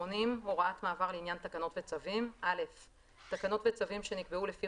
80.הוראת מעבר לעניין תקנות וצווים תקנות וצווים שנקבעו לפי